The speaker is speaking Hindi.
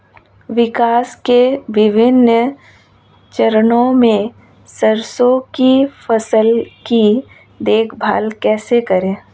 विकास के विभिन्न चरणों में सरसों की फसल की देखभाल कैसे करें?